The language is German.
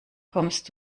kommst